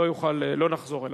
לא נחזור אליו.